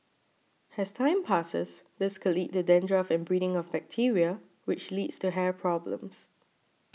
as time passes this could lead to dandruff and breeding of bacteria which leads to hair problems